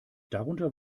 darunter